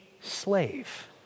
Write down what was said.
slave